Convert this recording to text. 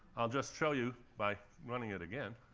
i'll just show you by running it again.